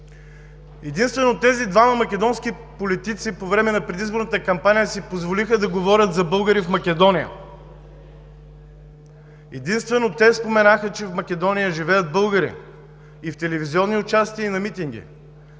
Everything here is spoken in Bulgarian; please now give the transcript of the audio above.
единствено тези двама македонски политици си позволиха да говорят за българи в Македония. Единствено те споменаха, че в Македония живеят българи – и в телевизионни участия, и на митинги.